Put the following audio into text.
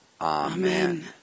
Amen